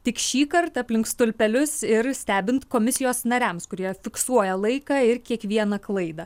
tik šįkart aplink stulpelius ir stebint komisijos nariams kurie fiksuoja laiką ir kiekvieną klaidą